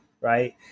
right